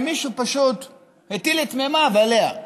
ומישהו פשוט הטיל את מימיו עליה.